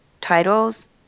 titles